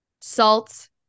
salt